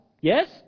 Yes